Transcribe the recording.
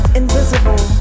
invisible